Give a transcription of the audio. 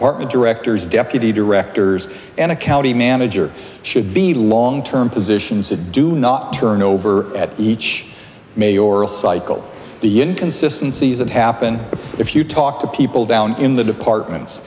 partner directors deputy directors and a county manager should be long term positions that do not turnover at each mayoress cycle the inconsistency is that happen if you talk to people down in the departments